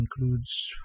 includes